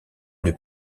une